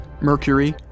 Mercury